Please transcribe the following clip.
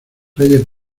reyes